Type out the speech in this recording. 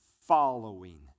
following